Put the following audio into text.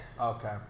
Okay